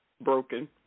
broken